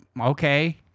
okay